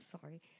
sorry